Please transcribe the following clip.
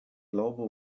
global